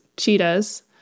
cheetahs